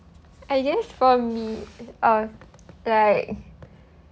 I guess for me uh like